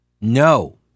no